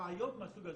בעיות מהסוג הזה.